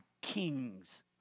kings